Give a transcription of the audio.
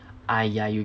!aiya! you